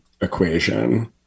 equation